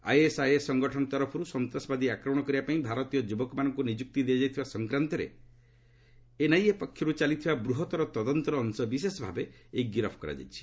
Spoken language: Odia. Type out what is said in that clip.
ଆଇଏସ୍ଆଇଏସ୍ ସଙ୍ଗଠନ ତରଫରୁ ସନ୍ତାସବାଦୀ ଆକ୍ରମଣ କରିବାପାଇଁ ଭାରତୀୟ ଯୁବକମାନଙ୍କୁ ନିଯୁକ୍ତି ଦିଆଯାଇଥିବା ସଂକ୍ରାନ୍ତରେ ଏନ୍ଆଇଏ ପକ୍ଷରୁ ଚାଲିଥିବା ବୃହତ୍ତର ଅଂଶବିଶେଷ ଭାବେ ଏହି ଗିରଫ କରାଯାଇଛି